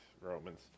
romans